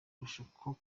kurushaho